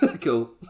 Cool